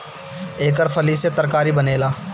एकर फली से तरकारी बनेला